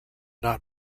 not